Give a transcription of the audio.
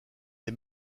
les